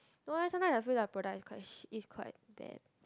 no lah sometimes I feel like product is quite shit is quite bad